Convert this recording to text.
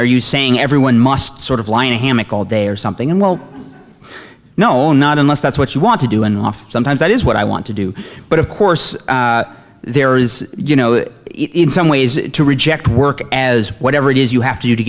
are you saying everyone must sort of lie in a hammock all day or something and well no not unless that's what you want to do and off sometimes that is what i want to do but of course there is you know in some ways to reject work as whatever it is you have to do to